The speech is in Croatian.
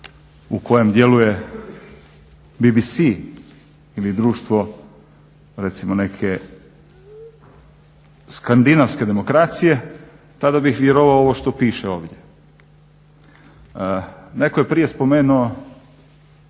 u kojem djeluje BBC ili društvo recimo neke skandinavske demokracije tada bih vjerovao u ovo što piše ovdje. Netko je prije spomenuo